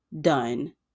done